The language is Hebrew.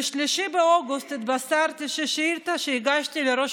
ב-3 באוגוסט התבשרתי שהשאילתה שהגשתי לראש